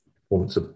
performance